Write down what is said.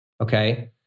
okay